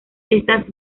estas